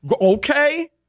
Okay